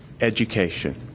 education